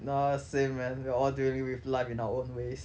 ya same man we are all dealing with lives in our own ways